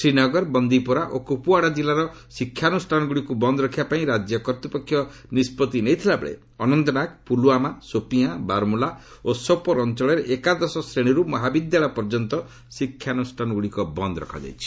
ଶ୍ରୀନଗର ବନ୍ଦିପୁରା ଓ କୁପୱାଡ଼ା କିଲ୍ଲାର ଶିକ୍ଷାନୁଷ୍ଠାନଗୁଡ଼ିକୁ ବନ୍ଦ୍ ରଖିବା ପାଇଁ ରାଜ୍ୟ କର୍ତ୍ତୃପକ୍ଷ ନିଷ୍ପଭି ନେଇଥିଲାବେଳେ ଅନନ୍ତନାଗ ପୁଲୱାମା ସୋପିଆଁ ବାରମୂଲା ଓ ସୋପର୍ ଅଞ୍ଚଳରେ ଏକାଦଶ ଶ୍ରେଣୀରୁ ମହାବିଦ୍ୟାଳୟ ପର୍ଯ୍ୟନ୍ତ ଶିକ୍ଷାନୁଷ୍ଠାନଗୁଡ଼ିକ ବନ୍ଦ୍ ରହିଛି